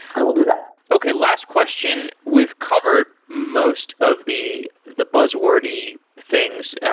i will do that. okay, last question. we've covered most of the the buzz-wordy things,